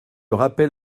rappel